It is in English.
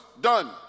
done